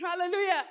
Hallelujah